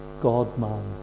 God-man